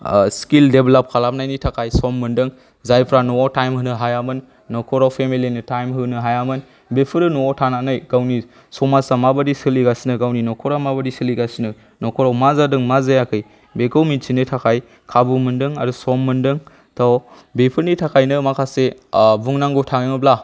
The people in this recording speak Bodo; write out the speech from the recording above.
स्किल डेभल'प खालामनायनि थाखाय सम मोनदों जायफोरा न'आव टाइम होनो हायामोन न'खराव फेमिलिनो टाइम होनो हायामोन बिसोरो न'आव थानानै गावनि समाजा माबायदि सोलिगासिनो गावनि न'खरा माबायदि सोलिगासिनो न'खराव मा जादों मा जायाखै बेखौ मिनथिनो थाखाय खाबु मोनदों आरो सम मोनदों त' बेफोरनि थाखायनो माखासे बुंनांगौ थाङोब्ला